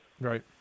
right